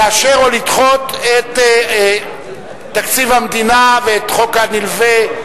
לאשר או לדחות את תקציב המדינה ואת החוק הנלווה,